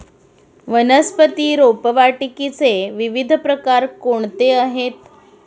वनस्पती रोपवाटिकेचे विविध प्रकार कोणते आहेत?